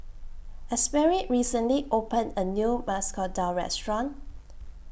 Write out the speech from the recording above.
Asberry recently opened A New Masoor Dal Restaurant